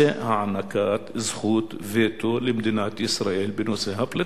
הוא הענקת זכות וטו למדינת ישראל בנושא הפליטים.